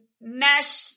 mesh